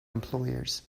employers